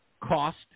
cost